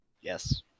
yes